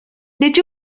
nid